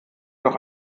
noch